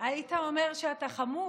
דגל ישראל, היית אומר שאתה חמוץ?